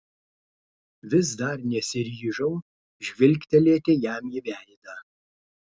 vis dar nesiryžau žvilgtelėti jam į veidą